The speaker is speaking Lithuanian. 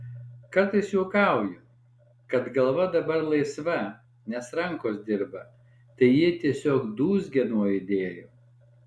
kartais juokauju kad galva dabar laisva nes rankos dirba tai ji tiesiog dūzgia nuo idėjų